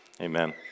Amen